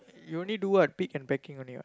you only do what pick and packing only ah